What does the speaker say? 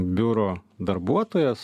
biuro darbuotojas